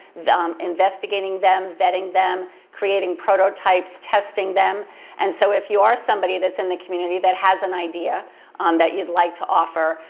investigating them, vetting them, creating prototypes, testing them and so if you are somebody that's in the community that has an idea um that you'd like to offer,